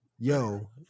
Yo